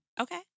Okay